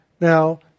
Now